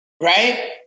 Right